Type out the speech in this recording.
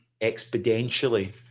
exponentially